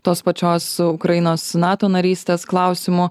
tos pačios ukrainos nato narystės klausimu